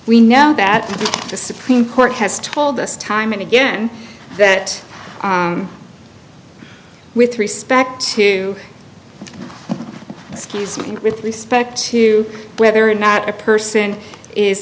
we know that the supreme court has told us time and again that with respect to excuse me with respect to whether or not a person is